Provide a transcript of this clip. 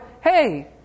hey